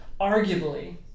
arguably